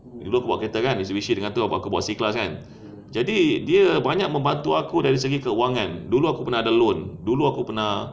dulu aku bawa kereta kan mitsubishi dengan aku bawa C class kan jadi dia banyak membantu aku dari segi kewangan dulu aku pernah ada loan dulu aku pernah